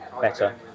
better